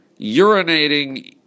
Urinating